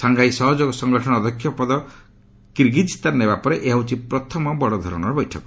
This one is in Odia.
ସାଂଘାଇ ସହଯୋଗ ସଂଗଠନର ଅଧ୍ୟକ୍ଷ ପଦ କିରଗିଜସ୍ତାନ ନେବା ପରେ ଏହା ହେଉଛି ପ୍ରଥମ ବଡଧରଣର ବୈଠକ